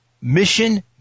Mission